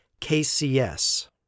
KCS